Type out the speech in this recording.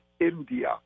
India